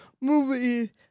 movie